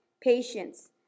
patience